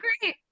great